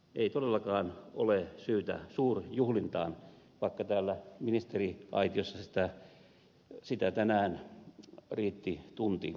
ei todellakaan ole syytä suurjuhlintaan vaikka täällä ministeriaitiossa sitä tänään riitti tuntitolkulla